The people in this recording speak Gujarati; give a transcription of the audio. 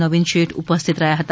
નવીન શેઠ ઉપસ્થિત રહ્યા હતા